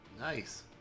nice